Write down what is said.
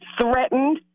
threatened